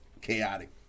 chaotic